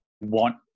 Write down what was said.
want